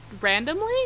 randomly